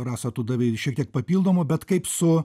rasa tu davei šiek tiek papildomo bet kaip su